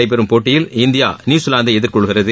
நடைபெறும் போட்டியில் இந்தியா நியுசிலாந்தை எதிர்கொள்கிறது